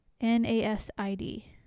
N-A-S-I-D